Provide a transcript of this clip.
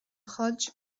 chuid